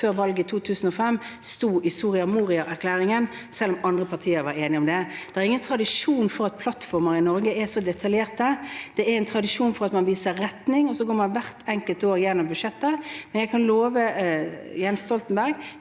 før valget i 2005, sto i Soria Moria-erklæringen, selv om andre partier var enige om dem. Det er ingen tradisjon for at plattformer i Norge er så detaljerte. Det er tradisjon for at man viser retning, og så går man hvert enkelt år gjennom budsjettet. Men jeg kan love Jens Stoltenberg